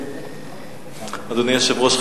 אדוני היושב-ראש,